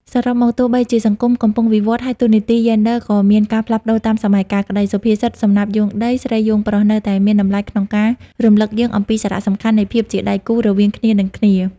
សរុបមក ទោះបីជាសង្គមកំពុងវិវឌ្ឍន៍ ហើយតួនាទីយេនឌ័រក៏មានការផ្លាស់ប្តូរតាមសម័យកាលក្តី សុភាសិត សំណាបយោងដី ស្រីយោងប្រុស នៅតែមានតម្លៃក្នុងការរំលឹកយើងអំពីសារៈសំខាន់នៃភាពជាដៃគូរវាងគ្នានឹងគ្នា។